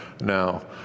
Now